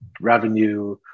revenue